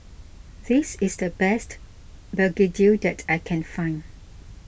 this is the best Begedil that I can find